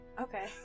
okay